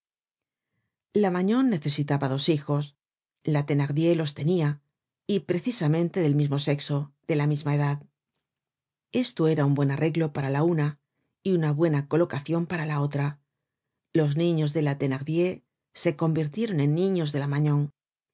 la magnon necesitaba dos hijos la thenardier los tenia y precisamente del mismo sexo de la misma edad esto era un buen arreglo para la una y una buena colocacion para la otra los niños de la thenardier se convirtieron en niños de la